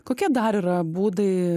kokie dar yra būdai